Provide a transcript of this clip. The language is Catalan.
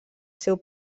seu